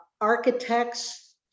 architects